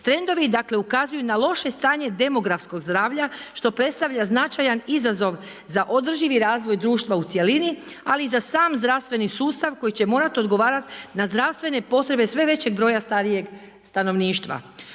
Trendovi dakle ukazuju na loše stanje demografskog zdravlja što predstavlja značajan izazov za održivi razvoj društva u cjelini, ali i za sam zdravstveni sustav koji će morati odgovarati na zdravstvene potrebe sve većeg broja starije stanovništva.